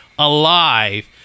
Alive